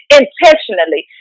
intentionally